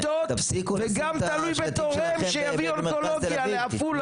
תפסיקו לשים את השלטים שלכם במרכז תל אביב,